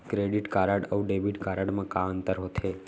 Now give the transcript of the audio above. Credit card अऊ debit card मा का अंतर होथे?